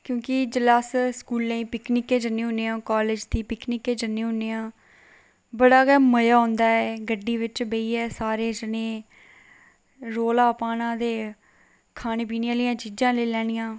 क्योंकि जेल्लै अस स्कूलें दी पिकनिक गी जन्ने होन्ने आं कालेज दी पिकनिके गी जन्ने होन्ने आं बड़ा गै मजा औंदा ऐ गड्डी बिच बेही अस सारे जने रौला पाना ते खाने पीने आह्ली चीजां लेई लैनियां